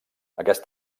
aquest